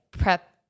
prep